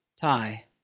tie